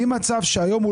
לא